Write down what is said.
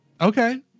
Okay